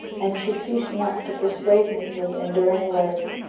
and she ceased not to persuade me with endearing words,